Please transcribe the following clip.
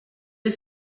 the